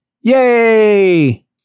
Yay